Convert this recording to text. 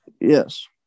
Yes